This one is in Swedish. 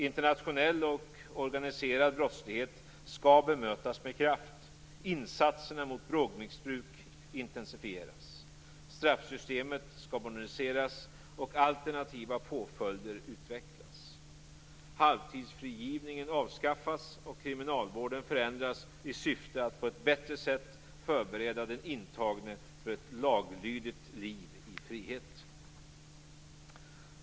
Internationell och organiserad brottslighet skall bemötas med kraft. Insatserna mot drogmissbruk intensifieras. Straffsystemet skall moderniseras och alternativa påföljder utvecklas. Halvtidsfrigivningen avskaffas och kriminalvården förändras i syfte att på ett bättre sätt förbereda den intagne för ett laglydigt liv i frihet.